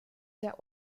der